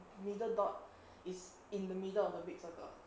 middle dot is in the middle of the big circle